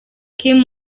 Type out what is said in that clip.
kim